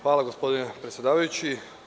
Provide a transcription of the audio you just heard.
Hvala, gospodine predsedavajući.